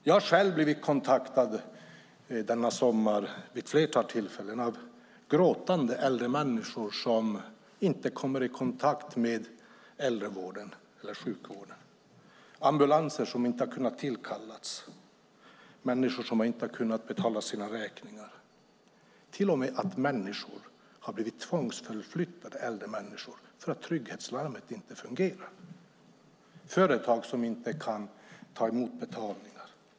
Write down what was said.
Jag har själv denna sommar blivit kontaktad vid ett flertal tillfällen av gråtande äldre människor som inte kommer i kontakt med äldrevården eller sjukvården och hört om ambulanser som inte har kunnat tillkallas, människor som inte har kunnat betala sina räkningar, till och med att äldre människor har blivit tvångsförflyttade för att trygghetslarmet inte fungerade och att företag inte har kunnat ta emot betalningar.